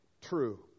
true